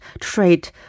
trade